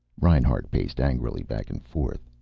reinhart paced angrily back and forth.